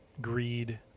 greed